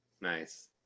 Nice